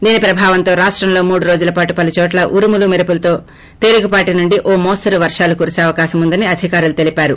దీని ప్రభావంతో రాష్టంలో మూడు రోజుల పాటు పలు చోట్ల ఉరుములు మెరుపులతో తేలికపాటి నుండి ఒక మోస్తరు వర్షాలు కురిసే అవకాశం ఉందని అధికారులు తెలిపారు